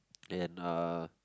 and uh